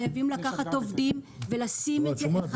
אנחנו חייבים לקחת עובדים שיעשו את זה ידנית,